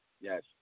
yes